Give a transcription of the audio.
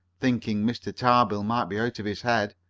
thinking mr. tarbill might be out of his head.